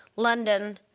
london,